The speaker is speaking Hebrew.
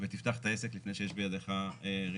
ותפתח את העסק לפני שיש בידיך רישיון.